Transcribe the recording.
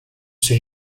see